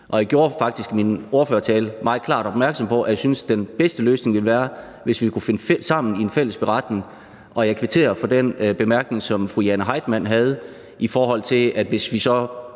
Jeg gjorde faktisk i min ordførertale meget klart opmærksom på, at jeg synes, at den bedste løsning ville være, hvis vi kunne finde sammen i en fælles beretning, og jeg kvitterer for den bemærkning, som fru Jane Heitmann havde, i forhold til at vi så